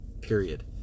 Period